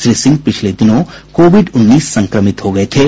श्री सिंह पिछले दिनों कोविड उन्नीस संक्रमित हो गये थे